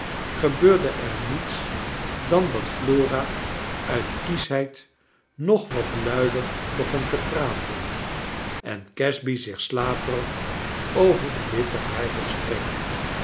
gebeurde er niets dan dat flora uit kieschheid nog wat luider begon te praten en casby zich slaperig over den witten